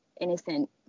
innocent